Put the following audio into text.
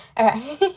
okay